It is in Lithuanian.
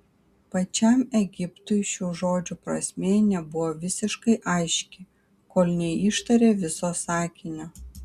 pačiam egiptui šių žodžių prasmė nebuvo visiškai aiški kol neištarė viso sakinio